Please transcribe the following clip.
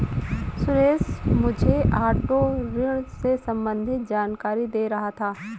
सुरेश मुझे ऑटो ऋण से संबंधित जानकारी दे रहा था